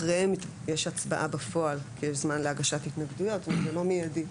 זאת אומרת, זה לא מיידי,